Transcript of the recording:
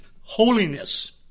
holiness